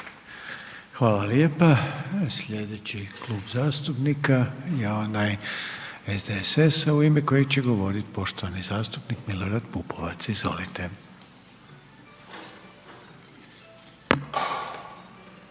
Hvala lijepa. Sljedeći klub zastupnika je onaj SDSS-a u ime kojeg će govoriti poštovani zastupnik Milorad PUpovac. Izvolite.